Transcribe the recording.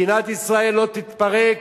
מדינת ישראל לא תתפרק,